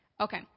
Okay